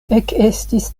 ekestis